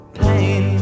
pain